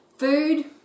Food